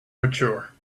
mature